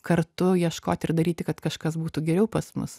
kartu ieškot ir daryti kad kažkas būtų geriau pas mus